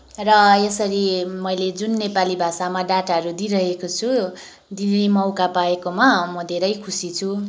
र यसरी मैले जुन नेपाली भाषामा डाटाहरू दिइरहेको छु दिने मौका पाएकोमा म धेरै खुसी छु